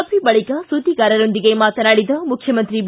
ಸಭೆ ಬಳಿಕ ಸುದ್ದಿಗಾರೊಂದಿಗೆ ಮಾತನಾಡಿದ ಮುಖ್ಯಮಂತ್ರಿ ಬಿ